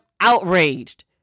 outraged